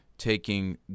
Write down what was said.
taking